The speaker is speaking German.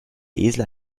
esel